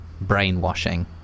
brainwashing